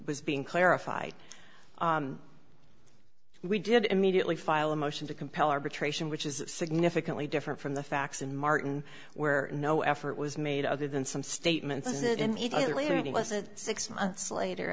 s being clarified we did immediately file a motion to compel arbitration which is significantly different from the facts and martin where no effort was made other than some statements that immediately was it six months later